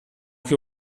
che